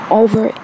over